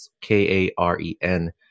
k-a-r-e-n